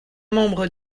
membre